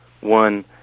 one